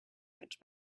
much